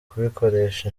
kubikoresha